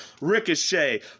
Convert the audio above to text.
Ricochet